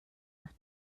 nach